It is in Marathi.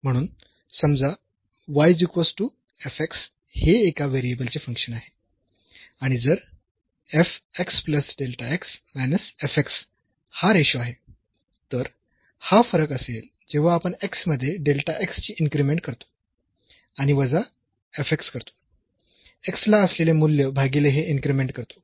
म्हणून समजा हे एका व्हेरिएबलचे फंक्शन आहे आणि जर हा रेशो आहे तर हा फरक असेल जेव्हा आपण x मध्ये ची इन्क्रीमेंट करतो आणि वजा करतो x ला असलेले मूल्य भागीले हे इन्क्रीमेंट करतो